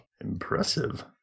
Impressive